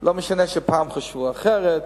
לא משנה שפעם חשבו אחרת,